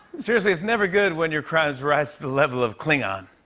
seriously, it's never good when your crowds rise to the level of klingon.